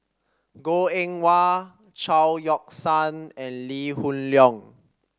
Goh Eng Wah Chao Yoke San and Lee Hoon Leong